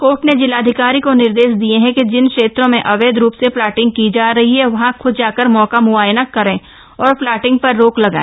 court ने जिलाधिकारी को निर्देश दिए हैं कि जिन क्षेत्रों में अवैध रूप से प्लाटिंग की जा रही है वहां ख्द जाकर मौका मुयाना करें और प्लॉटिंग पर रोक लगाए